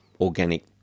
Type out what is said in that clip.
organic